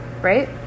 right